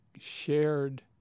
shared